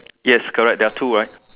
yes correct there are two right